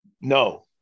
no